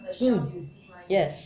mm yes